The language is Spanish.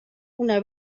una